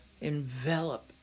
Envelop